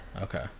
Okay